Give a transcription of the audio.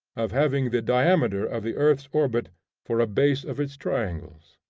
of having the diameter of the earth's orbit for a base of its triangles.